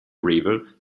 river